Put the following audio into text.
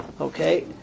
Okay